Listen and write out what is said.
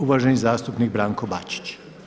Uvaženi zastupnik Branko Bačić.